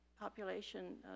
population